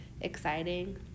exciting